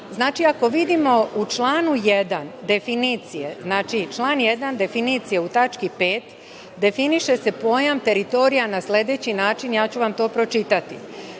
Znači, ako vidimo u članu 1. definicije, znači, član 1. definicija u tački 5) definiše se pojam teritorija na sledeći način, pročitaću